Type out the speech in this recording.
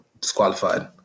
disqualified